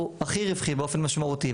הוא הכי רווחי באופן משמעותי.